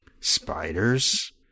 Spiders